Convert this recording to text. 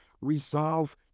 resolve